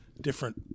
different